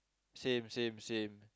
same same same